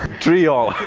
three all!